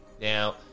Now